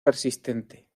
persistente